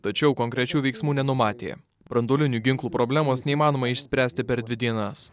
tačiau konkrečių veiksmų nenumatė branduolinių ginklų problemos neįmanoma išspręsti per dvi dienas